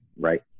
right